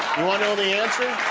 you want to know the answer?